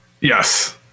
yes